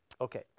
Okay